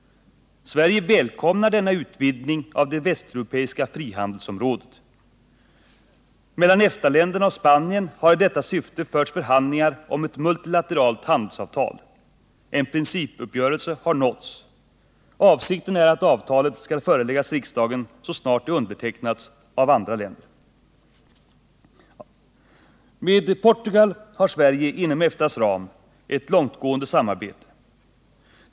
Sverige välkomnar denna utvidgning av det västeuropeiska frihandelsområdet. Mellan EFTA-länderna och Spanien har i detta syfte förts förhandlingar om ett multilateralt handelsavtal. En principuppgörelse har nåtts. Avsikten är att avtalet skall föreläggas riksdagen så snart det undertecknats av alla länder. Med Portugal har Sverige inom EFTA:s ram ett långtgående samarbete.